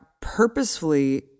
purposefully